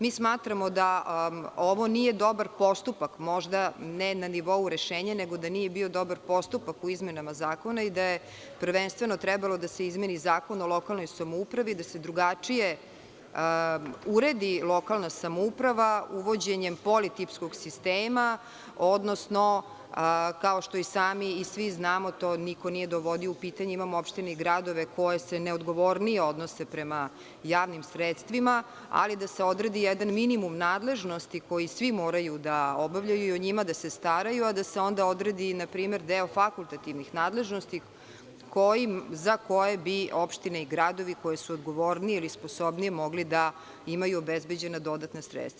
Mi smatramo da ovo nije dobar postupak, možda ne na nivou rešenja, nego da nije bio dobar postupak u izmenama zakona i da je prvenstveno trebalo da se izmeni Zakon o lokalnoj samoupravi, da se drugačije uredi lokalna samouprava uvođenjem politipskog sistema, odnosno kao što i sami svi znamo, to niko nije dovodio u pitanje, imamo opštine i gradove koji se neodgovornije odnose prema javnim sredstvima, ali da se odredi jedan minimum nadležnosti koji svi moraju da obavljaju i o njima da se staraju, a da se onda odredi npr. deo fakultativnih nadležnosti za koje bi opštine i gradovi koji su odgovorniji ili sposobniji mogli da imaju obezbeđena dodatna sredstva.